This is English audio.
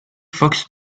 fox